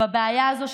בבעיה הזאת,